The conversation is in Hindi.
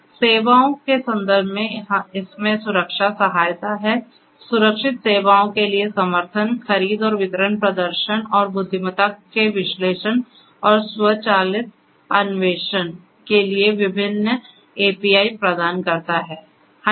सुविधाओं के संदर्भ में इसमें सुरक्षा सहायता है सुरक्षित सेवाओं के लिए समर्थन खरीद और वितरण प्रदर्शन और बुद्धिमत्ता के विश्लेषण और स्वचालित अन्वेषण के लिए विभिन्न एपीआई प्रदान करता है